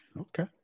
Okay